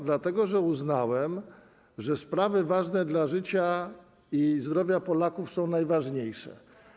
Dlatego że uznałem, iż sprawy istotne dla życia i zdrowia Polaków są najważniejsze.